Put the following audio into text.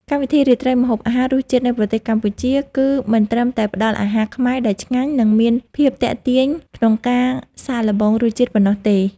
កម្មវិធីរាត្រីម្ហូបអាហារ “រសជាតិនៃប្រទេសកម្ពុជា” គឺមិនត្រឹមតែផ្តល់អាហារខ្មែរដែលឆ្ងាញ់ និងមានភាពទាក់ទាញក្នុងការសាកល្បងរសជាតិប៉ុណ្ណោះទេ